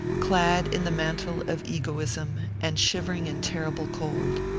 clad in the mantle of egoism, and shivering in terrible cold.